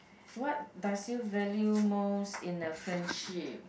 what does you value most in a friendship